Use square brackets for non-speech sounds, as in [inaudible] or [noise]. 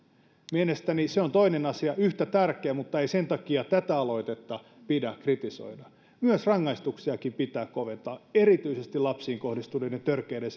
mielestäni se on toinen asia yhtä tärkeä mutta ei sen takia tätä aloitetta pidä kritisoida myös rangaistuksia pitää koventaa erityisesti lapsiin kohdistuneiden törkeiden [unintelligible]